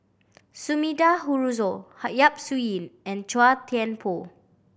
Sumida Haruzo Ha Yap Su Yin and Chua Thian Poh